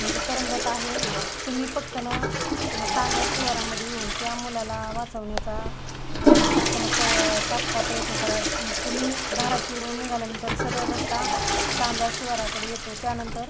म्हणजे तरंगत आहे तुम्ही पटकन सांजा शिवारामध्ये येऊन त्या मुलाला वाचवण्याचा पटकन प्रय तात्काळ प्रयत्न करा तुम्ही धाराशिववरुन निघाल्यानंतर सरळ रस्ता सांजा शिवाराकडे येतो त्यानंतर